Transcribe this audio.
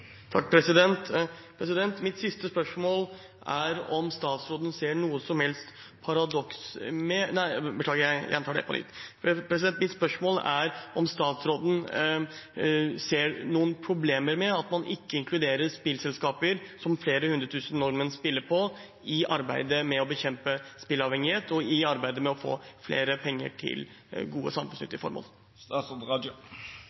Mitt siste spørsmål er om statsråden ser noen problemer med at man ikke inkluderer spillselskaper som flere hundre tusen nordmenn benytter, i arbeidet med å bekjempe spilleavhengighet og i arbeidet med å få mer penger til gode,